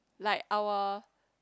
like our